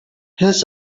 his